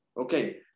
okay